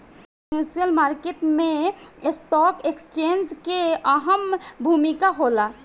financial market में stock exchange के अहम भूमिका होला